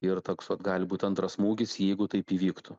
ir toks vat gali būt antras smūgis jeigu taip įvyktų